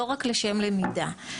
לא רק לשם למידה.